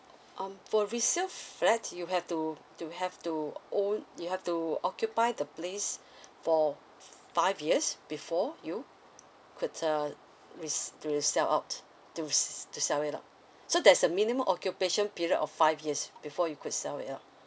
um for resale flat you have to you have to own you have to occupy the place for five years before you could uh re~ to resell out to to sell it out so there's a minimum occupation period of five years before you could sell it out